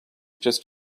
just